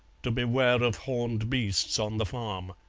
to beware of horned beasts on the farm.